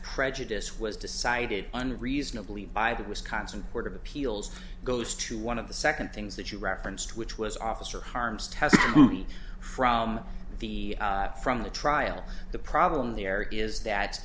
prejudice was decided unreasonably by the wisconsin we're going to peel's goes to one of the second things that you referenced which was officer harms testimony from the from the trial the problem there is that